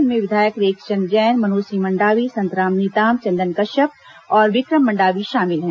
इनमें विधायक रेखचंद जैन मनोज सिंह मंडावी संतराम नेताम चंदन कश्यप और विक्रम मंडावी शामिल हैं